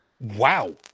Wow